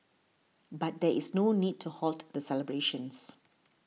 but there is no need to halt the celebrations